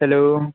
hello